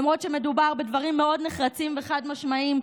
למרות שמדובר בדברים מאוד נחרצים וחד-משמעיים,